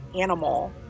animal